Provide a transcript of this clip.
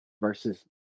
versus